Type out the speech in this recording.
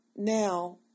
Now